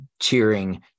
cheering